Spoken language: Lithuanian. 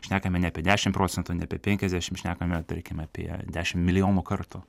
šnekame ne apie dešim procentų ne apie penkiasdešim šnekame tarkim apie dešim milijonų kartų